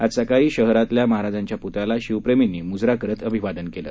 आज सकाळी बुलडाणा शहरातल्या महाराजांच्या पुतळ्याला शिवप्रेमींनी मुजरा करत अभिवादन केलं